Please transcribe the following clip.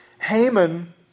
Haman